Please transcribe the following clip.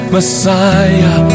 Messiah